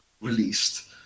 released